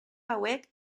hauek